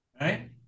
right